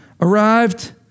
arrived